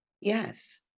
Yes